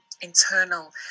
internal